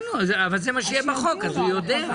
כן, אבל זה מה שיהיה בחוק, אז הוא יודע.